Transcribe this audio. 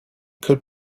could